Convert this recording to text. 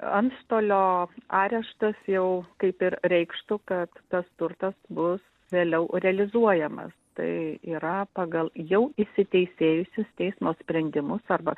antstolio areštas jau kaip ir reikštų kad tas turtas bus vėliau realizuojamas tai yra pagal jau įsiteisėjusius teismo sprendimus arba